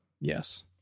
Yes